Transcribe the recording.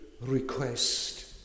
request